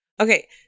Okay